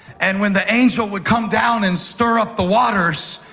and when the angel would come down and stir up the waters,